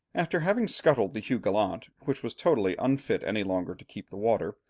after having scuttled the hugh gallant, which was totally unfit any longer to keep the water,